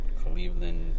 Cleveland